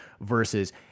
versus